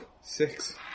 Six